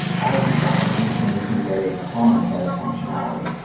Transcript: all of these applications can get a common set of functionality.